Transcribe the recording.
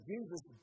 Jesus